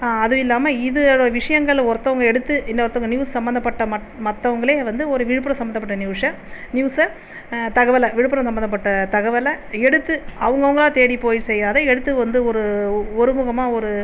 அதுவும் இல்லாமல் இதில் விஷயங்கள் ஒருத்தவங்கள் எடுத்து இன்னொருத்தவங்கள் நியூஸ் சம்மந்தப்பட்ட மத் மற்றவங்களே வந்து ஒரு விழுப்புரம் சம்மந்தப்பட்ட நியூஸில் நியூஸில் தகவலை விழுப்புரம் சம்மந்தப்பட்ட தகவலை எடுத்து அவங்கவுங்களா தேடி போய் செய்யாததை எடுத்து வந்து ஒரு ஒருமுகமாக ஒரு